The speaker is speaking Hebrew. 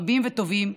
רבים וטובים,